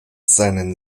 seinen